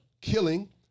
killing